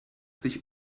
sich